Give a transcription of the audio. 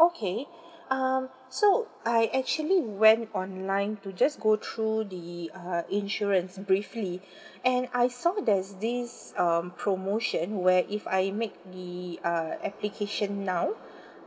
okay um so I actually went online to just go through the uh insurance briefly and I saw there's this um promotion where if I make the uh application now